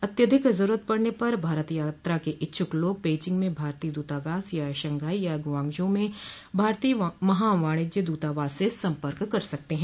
अत्याधिक जरूरत पड़ने पर भारत यात्रा के इच्छुक लोग पेइचिंग में भारतीय दूतावास या शंघाई और गुआंगझो में भारतीय महावाणिज्य दूतावास से सम्पर्क कर सकते हैं